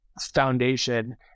foundation